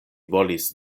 volis